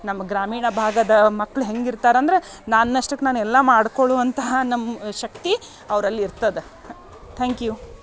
ನಮ್ಮ ಗ್ರಾಮೀಣ ಭಾಗದ ಮಕ್ಳು ಹೆಂಗೆ ಇರ್ತಾರೆ ಅಂದ್ರೆ ನನ್ನಷ್ಟಕ್ಕ ನಾನು ಎಲ್ಲ ಮಾಡಿಕೊಳ್ಳುವಂತಹ ನಮ್ಮ ಶಕ್ತಿ ಅವ್ರಲ್ಲಿ ಇರ್ತದೆ ಥ್ಯಾಂಕ್ ಯು